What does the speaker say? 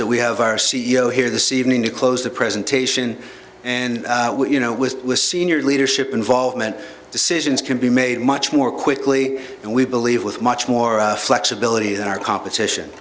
that we have our c e o here this evening to close the presentation and what you know was list senior leadership involvement decisions can be made much more quickly and we believe with much more flexibility than our competition